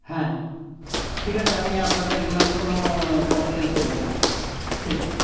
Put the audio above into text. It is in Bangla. হ্যাঁ ঠিক আছে আমি আপনাদের নামে কোনো কমপ্লেন করব না ঠিক আছে